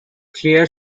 clear